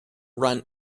run